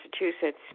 Massachusetts